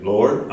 Lord